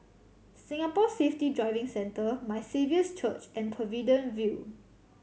Singapore Safety Driving Centre My Saviour's Church and Pavilion View